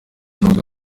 nubwo